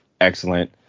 excellent